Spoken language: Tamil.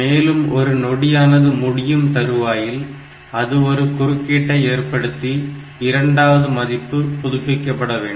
மேலும் ஒரு நொடியானது முடியும் தருவாயில் அது ஒரு குறுக்கீட்டை ஏற்படுத்தி இரண்டாவது மதிப்பு புதுப்பிக்கப்பட வேண்டும்